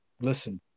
listen